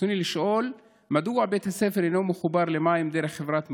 ברצוני לשאול: מדוע בית הספר אינו מחובר למים דרך חברת מקורות,